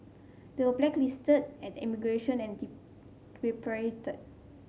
they were blacklisted at immigration and repatriated